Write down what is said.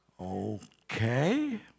Okay